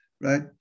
right